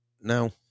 no